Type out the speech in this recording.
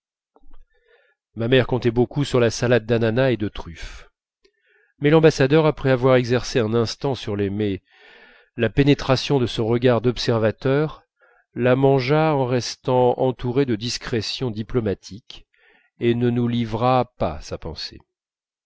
ma mère comptait beaucoup sur la salade d'ananas et de truffes mais l'ambassadeur après avoir exercé un instant sur le mets la pénétration de son regard d'observateur la mangea en restant entouré de discrétion diplomatique et ne nous livra pas sa pensée